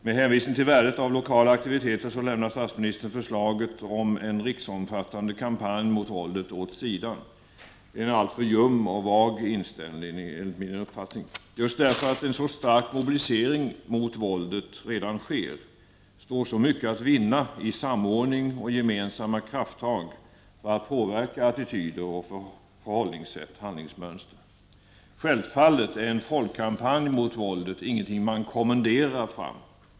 Med hänvisning till värdet av lokala aktiviteter lämnar statsministern förslaget om en riksomfattande kampanj mot våldet åt sidan. Det är enligt min uppfattning en alltför ljum och vag inställning. Just därför att en så stark mobilisering mot våldet redan sker, står så mycket att vinna i samordning och gemensamma krafttag för att påverka attityder och handlingsmönster. Självfallet är en folkkampanj mot våldet ingenting man kommenderar fram.